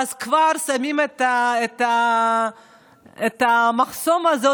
ואז כבר שמים את המחסום הזה,